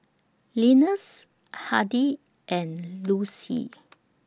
Linus Hardie and Lucy